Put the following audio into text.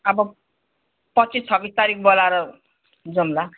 अब पच्चिस छब्बिस तारिक बोलाएर जाऔँला